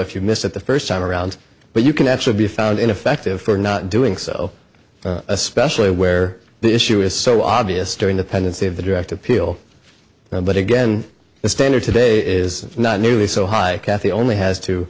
if you missed it the first time around but you can actually be found ineffective for not doing so especially where the issue is so obvious during the pendency of the direct appeal but again the standard today is not nearly so high kathy only has to